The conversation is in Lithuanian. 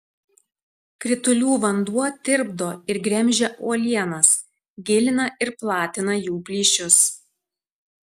kritulių vanduo tirpdo ir gremžia uolienas gilina ir platina jų plyšius